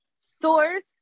source